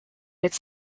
its